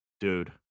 dude